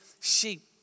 sheep